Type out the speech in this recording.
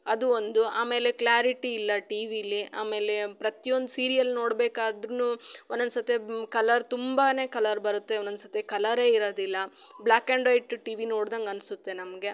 ಅದು ಒಂದು ಆಮೇಲೆ ಕ್ಲಾರಿಟಿ ಇಲ್ಲ ಟಿ ವಿಲಿ ಆಮೇಲೆ ಪ್ರತಿಯೊಂದು ಸೀರಿಯಲ್ ನೋಡ್ಬೇಕಾದ್ರು ಒಂದೊಂದು ಸರ್ತಿ ಕಲರ್ ತುಂಬಾ ಕಲರ್ ಬರುತ್ತೆ ಒಂದೊಂದು ಸರ್ತಿ ಕಲರೆ ಇರೊದಿಲ್ಲ black and white TV ನೋಡ್ದಂಗೆ ಅನಿಸುತ್ತೆ ನಮಗೆ